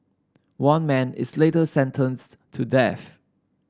one man is later sentenced to death